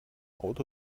auto